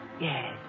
Yes